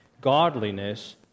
godliness